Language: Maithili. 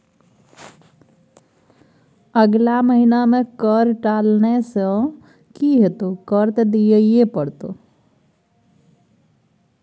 अगला महिना मे कर टालने सँ की हेतौ कर त दिइयै पड़तौ